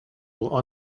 will